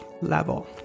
level